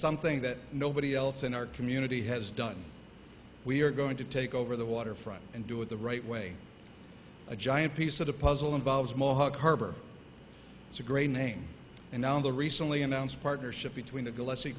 something that nobody else in our community has done we are going to take over the waterfront and do it the right way a giant piece of the puzzle involves mohawk harbor it's a great name and now the recently announced partnership between the gillespie